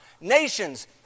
Nations